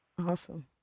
awesome